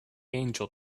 angel